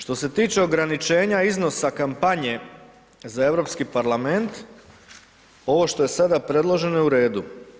Što se tiče ograničenja iznosa kampanje za Europski parlament, ovo što je sada predloženo, je u redu.